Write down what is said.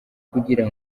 kugira